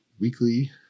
weekly